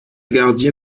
gardien